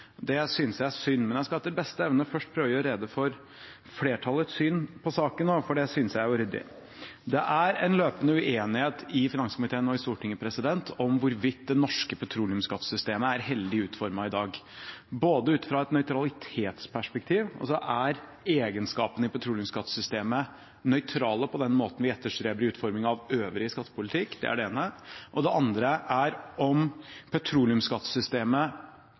Det synes jeg er synd, men jeg skal etter beste evne først prøve å gjøre rede for flertallets syn på saken også, for det synes jeg er ryddig. Det er en løpende uenighet i finanskomiteen og i Stortinget om hvorvidt det norske petroleumsskattesystemet er heldig utformet i dag ut fra et nøytralitetsperspektiv, altså om egenskapene i petroleumsskattesystemet er nøytrale på den måten vi etterstreber i utformingen av øvrige skattepolitikk. Det er det ene. Det andre er om petroleumsskattesystemet